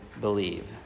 believe